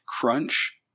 Crunch